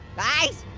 guys?